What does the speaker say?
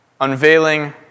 Unveiling